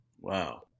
Wow